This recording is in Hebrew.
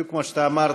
בדיוק כמו שאתה אמרת,